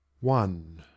one